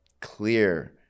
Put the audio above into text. clear